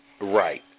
Right